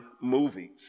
movies